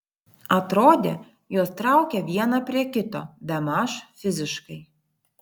atrodė juos traukia vieną prie kito bemaž fiziškai